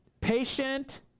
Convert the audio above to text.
patient